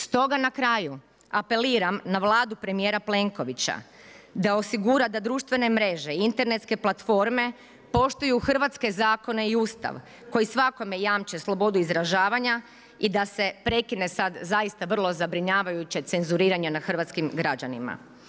Stoga na kraju, apeliram na Vladu premjera Plenkovića, da osigura da društvene mreže i internetske platforme, poštuju hrvatske zakone i Ustav koji svakome jamče slobodu izražavanja i da se prekine sad zaista vrlo zabrinjavajuće cenzuriranje nad hrvatskim građanima.